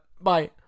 Bye